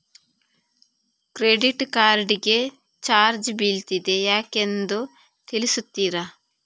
Credit card ಗೆ charge ಬೀಳ್ತಿದೆ ಯಾಕೆಂದು ತಿಳಿಸುತ್ತೀರಾ?